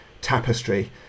tapestry